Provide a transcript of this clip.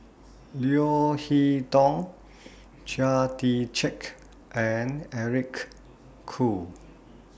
Leo Hee Tong Chia Tee Chiak and Eric Khoo